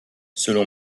selon